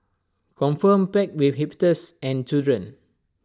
confirm packed with hipsters and children